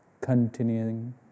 continuing